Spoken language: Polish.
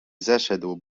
zeszedł